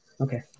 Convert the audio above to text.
Okay